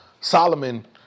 Solomon